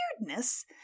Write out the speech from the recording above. weirdness